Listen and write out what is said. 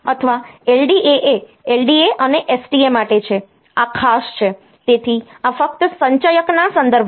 અથવા LDA એ LDA અને STA માટે છે આ ખાસ છે તેથી આ ફક્ત સંચયકના સંદર્ભમાં છે